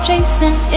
Chasing